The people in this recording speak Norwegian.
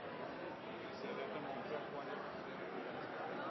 Så er det en